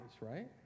right